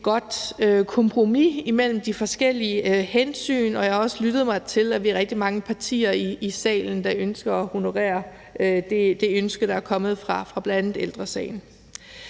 godt kompromis imellem de forskellige hensyn, og jeg har også lyttet mig til, at vi er rigtig mange partier her i salen, der ønsker at honorere det ønske, der er kommet fra bl.a. Ældre Sagen.